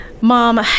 Mom